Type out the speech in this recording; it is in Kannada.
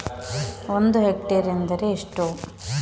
ಒಂದು ಹೆಕ್ಟೇರ್ ಎಂದರೆ ಎಷ್ಟು?